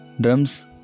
drums